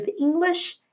English